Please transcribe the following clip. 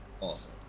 Awesome